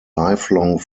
lifelong